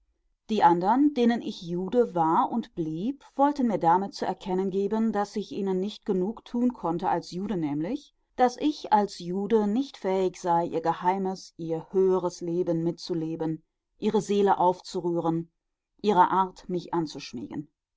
die andern denen ich jude war und blieb wollten mir damit zu erkennen geben daß ich ihnen nicht genug tun konnte als jude nämlich daß ich als jude nicht fähig sei ihr geheimes ihr höheres leben mitzuleben ihre seele aufzurühren ihrer art mich anzuschmiegen